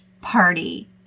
party